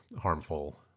harmful